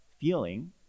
feeling